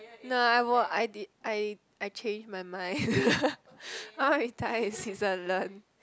no I will I did I I change my mind I want to retire in Switzerland